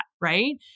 right